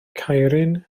caerhun